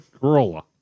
Corolla